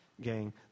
gang